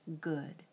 good